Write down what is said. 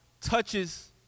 touches